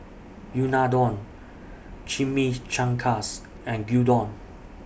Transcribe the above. Unadon Chimichangas and Gyudon